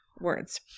words